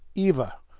eva!